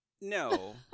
No